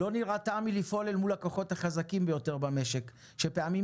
לא נירתע מלפעול אל מול הכוחות החזקים ביותר במשק שפעמים